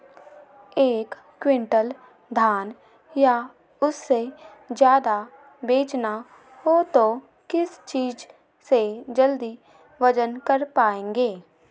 एक क्विंटल धान या उससे ज्यादा बेचना हो तो किस चीज से जल्दी वजन कर पायेंगे?